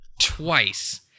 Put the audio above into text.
Twice